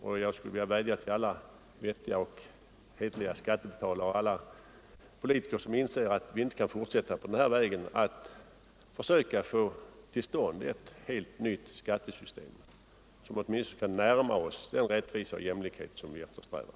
Och jag skulle vilja vädja till alla vettiga och hederliga skattebetalare och alla politiker, som inser att vi inte kan fortsätta på den här vägen, att försöka få till stånd ett helt nytt skattesystem, så att vi åtminstone närmar oss den rättvisa och jämlikhet som vi eftersträvar.